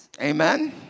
Amen